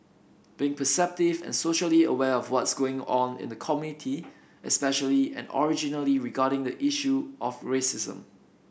being perceptive and socially aware of what's going on in the community especially and originally regarding the issue of racism